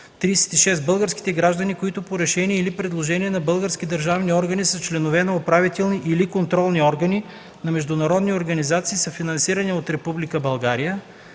36. българските граждани, които по решение или предложение на български държавни органи са членове на управителни или контролни органи на международни организации, съфинансирани от Република България;